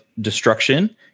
Destruction